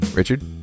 Richard